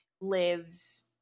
lives